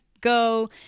go –